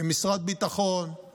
כמשרד ביטחון,